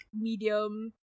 medium